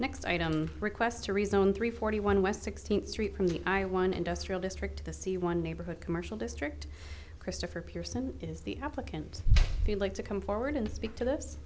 next item request to rezone three forty one west sixteenth street from the i one industrial district the c one neighborhood commercial district christopher pearson is the applicant we like to come forward and speak to this